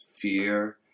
fear